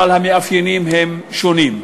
אבל המאפיינים הם שונים.